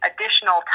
additional